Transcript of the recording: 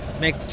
make